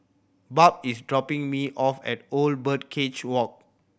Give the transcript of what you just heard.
Barb is dropping me off at Old Birdcage Walk